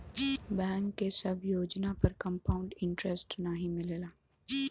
bank के सब योजना पर कंपाउड इन्टरेस्ट नाहीं मिलला